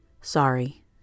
Sorry